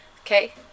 Okay